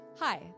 Hi